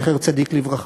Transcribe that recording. זכר צדיק לברכה.